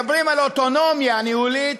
מדברים על אוטונומיה ניהולית,